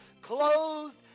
clothed